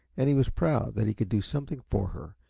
and he was proud that he could do something for her,